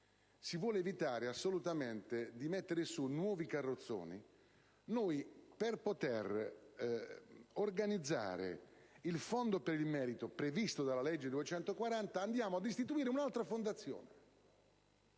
si vuole evitare assolutamente di mettere su nuovi carrozzoni, per poter organizzare il Fondo per il merito previsto dalla legge n. 240 del 2010, istituiamo un'altra Fondazione